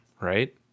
right